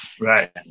Right